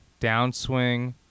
Downswing